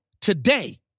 today